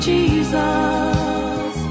Jesus